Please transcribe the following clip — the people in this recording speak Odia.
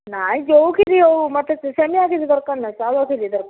ନାଇଁ ଯେଉଁ କ୍ଷୀରି ହଉ ମତେ ସେ ସେମିଆ କିଛି ଦରକାର ନାହିଁ ଚାଉଳ କ୍ଷୀରି ଦରକାର